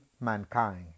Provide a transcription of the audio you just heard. mankind